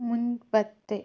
മുൻപത്തെ